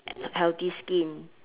healthy skin